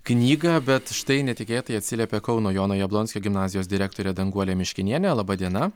knygą bet štai netikėtai atsiliepė kauno jono jablonskio gimnazijos direktorė danguolė miškinienė laba diena